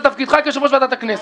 זה תפקידך כיושב-ראש ועדת הכנסת.